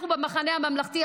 אנחנו במחנה הממלכתי,